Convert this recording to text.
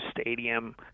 stadium